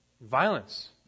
violence